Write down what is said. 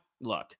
look